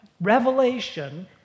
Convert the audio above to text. revelation